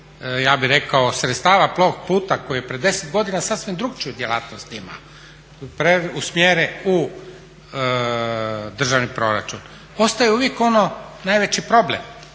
da se novac iz sredstava Plovputa koji je prije 10 godina sasvim drukčiju djelatnost imao, usmjeri u državni proračun. Ostaje uvijek ono najveći problem,